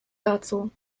dazu